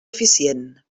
eficient